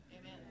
Amen